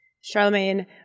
Charlemagne